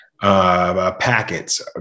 packets